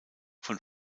von